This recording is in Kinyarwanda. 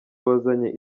wazanye